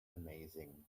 amazing